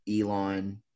Elon –